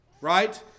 right